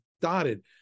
dotted